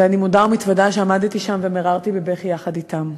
ואני מודה ומתוודה שעמדתי שם ומיררתי בבכי יחד אתם.